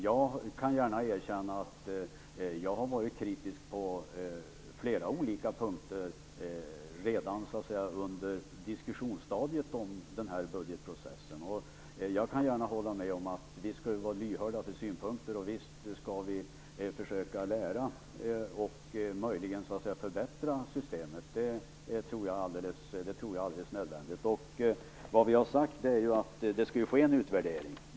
Jag kan gärna erkänna att jag har varit kritisk på flera olika punkter redan under diskussionsstadiet om denna budgetprocess. Jag kan hålla med om att vi skall vara lyhörda för synpunkter och att vi skall försöka förbättra systemet. Det tror jag är alldeles nödvändigt. Vad vi har sagt är att det skall ske en utvärdering.